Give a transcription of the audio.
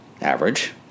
Average